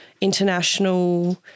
international